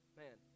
man